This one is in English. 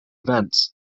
events